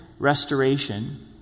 restoration